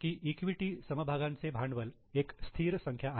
की इक्विटी समभागांचे भांडवल एक स्थिर संख्या आहे